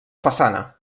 façana